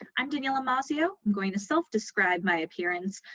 i'm daniella mazzio, going to self describe my appearance.